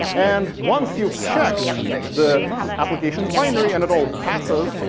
and once you've checked the application's binary, and it all passes,